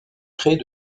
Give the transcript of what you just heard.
créer